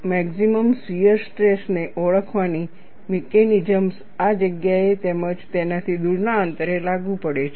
maximum shear stress ને ઓળખવાની mechanisms આ જગ્યાએ તેમજ તેનાથી દૂરના અંતરે અલગ પડે છે